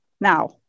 now